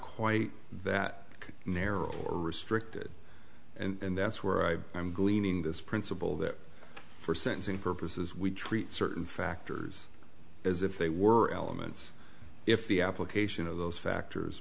quite that narrow or restricted and that's where i am greening this principle that for sentencing purposes we treat certain factors as if they were elements if the application of those factors